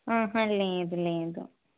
లేదు లేదు